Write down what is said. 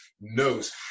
knows